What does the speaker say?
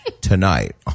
tonight